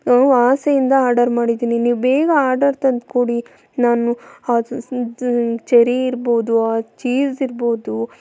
ನಾವು ಆಸೆಯಿಂದ ಆರ್ಡರ್ ಮಾಡಿದ್ದೀನಿ ನೀವು ಬೇಗ ಆರ್ಡರ್ ತಂದ್ಕೊಡಿ ನಾನು ಅದು ಚೆರಿ ಇರ್ಬೊದು ಚೀಸ್ ಇರ್ಬೋದು